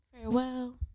Farewell